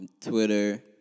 Twitter